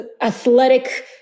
Athletic